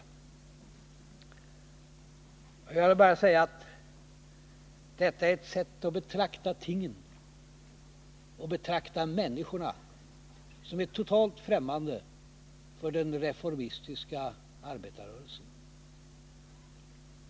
Jag vill bara säga att detta är ett sätt att betrakta tingen och människorna, som är totalt främmande för den reformistiska arbetarrörelsen.